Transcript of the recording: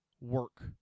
work